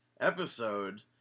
episode